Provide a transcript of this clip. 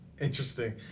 Interesting